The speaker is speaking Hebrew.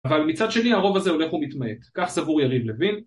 אבל מצד שני הרוב הזה הולך ומתמעט, כך סבור יריב לוין